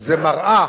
היא מראה